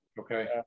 Okay